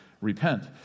repent